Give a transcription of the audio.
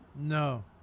No